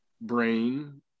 brain